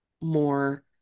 more